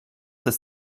das